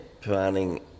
planning